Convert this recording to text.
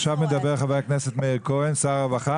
עכשיו מדבר חבר הכנסת מאיר כהן, שר הרווחה